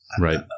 Right